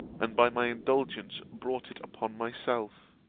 and by my indulgence brought it upon myself.